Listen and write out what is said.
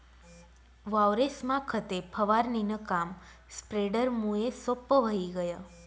वावरेस्मा खते फवारणीनं काम स्प्रेडरमुये सोप्पं व्हयी गय